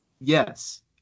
Yes